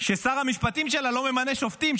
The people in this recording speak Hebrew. ששר המשפטים שלה לא ממנה שופטים,